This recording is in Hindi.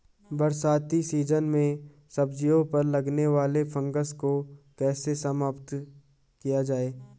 बरसाती सीजन में सब्जियों पर लगने वाले फंगस को कैसे समाप्त किया जाए?